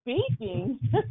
speaking